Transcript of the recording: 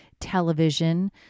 television